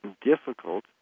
difficult